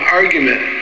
argument